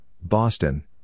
Boston